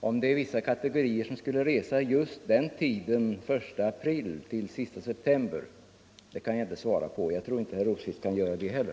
Om det är vissa kategorier som reser just under tiden I april-30 september kan jag inte svara på. Jag tror inte att herr Rosqvist kan göra det heller.